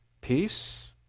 Peace